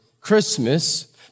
Christmas